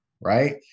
Right